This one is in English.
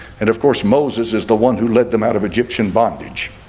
and of course moses is the one who led them out of egyptian bondage